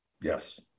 Yes